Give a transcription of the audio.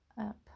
up